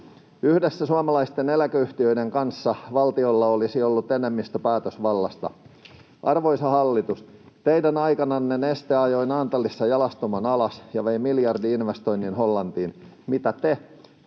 Yhdessä suomalaisten eläkeyhtiöiden kanssa valtiolla olisi ollut enemmistö päätösvallasta. Arvoisa hallitus, teidän aikananne Neste ajoi Naantalissa jalostamon alas ja vei miljardi-investoinnin Hollantiin. Mitä te